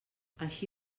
així